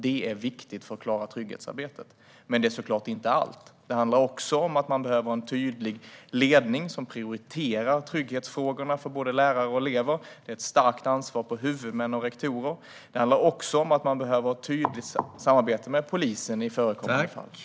Det är viktigt för att klara trygghetsarbetet. Men det är såklart inte allt. Det handlar också om att man behöver en tydlig ledning som prioriterar trygghetsfrågorna för både lärare och elever, med ett starkt ansvar på huvudmän och rektorer. Det handlar också om att man behöver ett tydligt samarbete med polisen i förekommande fall.